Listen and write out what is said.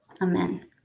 amen